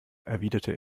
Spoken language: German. erwiderte